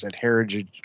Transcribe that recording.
Heritage